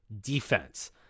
defense